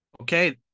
Okay